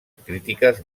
crítiques